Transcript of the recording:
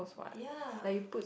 ya